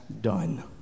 done